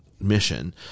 mission